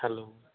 hello